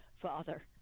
father